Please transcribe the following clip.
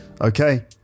okay